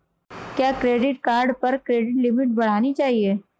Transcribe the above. क्या credit card पर credit limit बढ़ानी चाहिए?